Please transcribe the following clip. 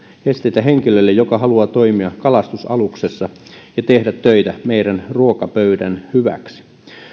esteitä henkilölle joka haluaa toimia kalastusaluksessa ja tehdä töitä meidän ruokapöytämme hyväksi